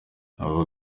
abo